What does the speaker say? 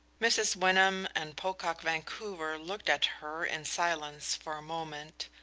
mrs. wyndham and pocock vancouver looked at her in silence for moment.